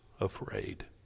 afraid